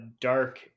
dark